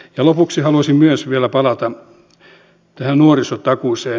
lopuksi haluaisin myös vielä palata tähän nuorisotakuuseen